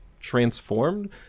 transformed